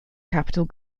capital